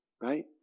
right